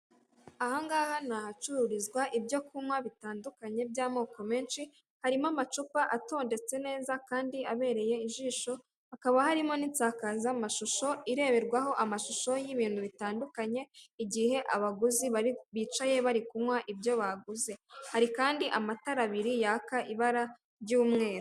Aha ngaha ni ahacururizwa ibyo kunywa bitandukanye by'amoko menshi, harimo amacupa atondetse neza kandi abereye ijisho, hakaba harimo n'insakazamashusho ireberwaho amashusho y'ibintu bitandukanye igihe abaguzi bari bicaye bari kunywa ibyo baguze, hari kandi amatara abiri yaka ibara ry'umweru.